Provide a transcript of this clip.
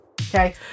okay